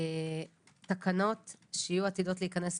כפרמדיקים בתקנות הראשיות וכיום לא יוגדרו